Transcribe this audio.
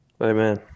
Amen